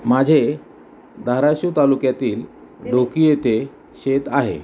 माझे धाराशिव तालुक्यातील ढोकी येथे शेत आहे